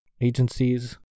agencies